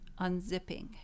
unzipping